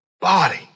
body